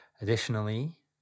Additionally